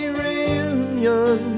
reunion